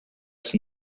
ist